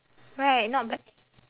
right not bad